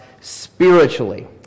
spiritually